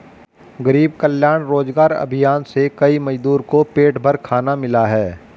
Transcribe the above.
गरीब कल्याण रोजगार अभियान से कई मजदूर को पेट भर खाना मिला है